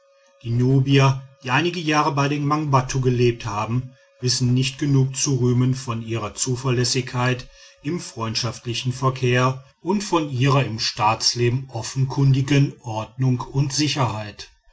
die nubier die einige jahre bei den mangbattu gelebt haben wissen nicht genug zu rühmen von ihrer zuverlässigkeit im freundschaftlichen verkehr und von ihrer im staatsleben offenkundigen ordnung und sicherheit